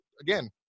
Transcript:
again